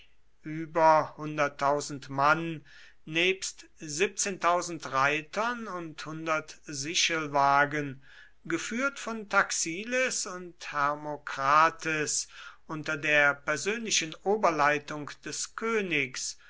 über mann nebst reitern und hundert sichelwagen geführt von taxiles und hermokrates unter der persönlichen oberleitung des königs